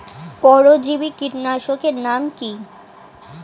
পরজীবী কীটনাশকের নাম কি?